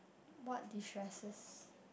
what de stresses